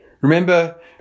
Remember